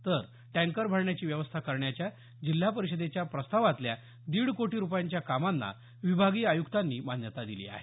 तर टँकर भरण्याची व्यवस्था करण्याच्या जिल्हा परिषदेच्या प्रस्तावातल्या दीड कोटी रुपयांच्या कामांना विभागीय आयुक्तांनी मान्यता दिली आहे